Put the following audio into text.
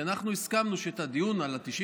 כי אנחנו הסכמנו שאת הדיון הזה על סעיף